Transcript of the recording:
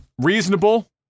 reasonable